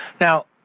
Now